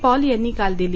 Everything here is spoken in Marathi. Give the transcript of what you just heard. पॉल यांनी काल दिली